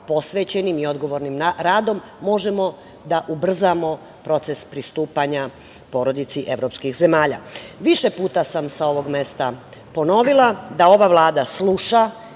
posvećenim i odgovornim radom, možemo da ubrzamo proces pristupanja porodici evropskih zemalja. Više puta sam sa ovog mesta ponovila da ova Vlada sluša